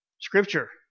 scripture